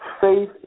Faith